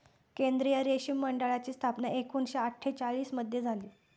केंद्रीय रेशीम मंडळाची स्थापना एकूणशे अट्ठेचालिश मध्ये झाली